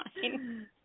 fine